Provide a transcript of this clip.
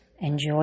enjoy